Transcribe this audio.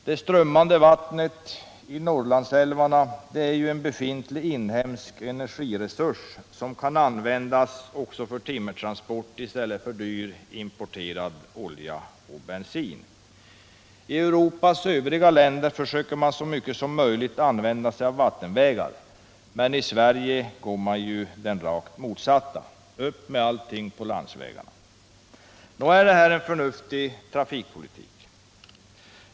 Det strömmande vattnet i Norrlandsälvarna är en befintlig inhemsk energiresurs som kan användas för timmertransport i stället för dyr importerad olja och bensin. I Europas övriga länder försöker man så mycket som möjligt använda vattenvägar, men i Sverige går man åt rakt motsatt håll: Upp med allting på landsvägarna! Är detta en samhällsekonomiskt förnuftig trafikpolitik?